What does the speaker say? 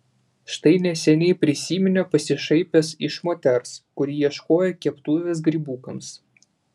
štai neseniai prisiminė pasišaipęs iš moters kuri ieškojo keptuvės grybukams